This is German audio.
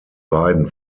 beiden